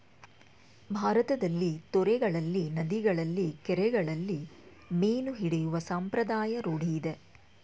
ಭಾರತದಲ್ಲಿ ತೊರೆಗಳಲ್ಲಿ, ನದಿಗಳಲ್ಲಿ, ಕೆರೆಗಳಲ್ಲಿ ಮೀನು ಹಿಡಿಯುವ ಸಂಪ್ರದಾಯ ರೂಢಿಯಿದೆ